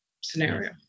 scenario